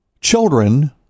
Children